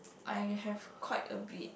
I have quite a bit